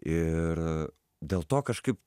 ir dėl to kažkaip